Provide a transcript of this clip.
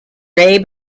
ray